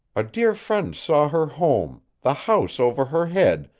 a dear friend saw her home, the house over her head,